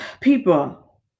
People